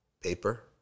paper